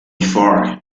before